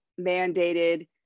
mandated